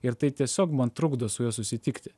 ir tai tiesiog man trukdo su juo susitikti